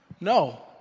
No